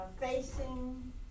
facing